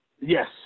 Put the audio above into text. yes